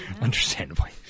Understandably